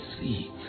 see